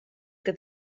que